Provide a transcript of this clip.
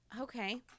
Okay